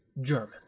German